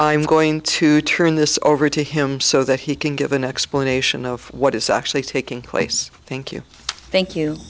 i'm going to turn this over to him so that he can give an explanation of what is actually taking place thank you thank you